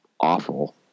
awful